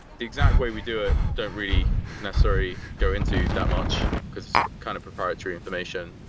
the exact way we do it don't really necessarily go into that much, because it's kind of proprietary information.